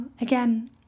Again